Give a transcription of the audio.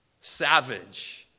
savage